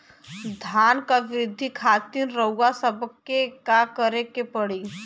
धान क वृद्धि खातिर रउआ सबके का करे के पड़ी?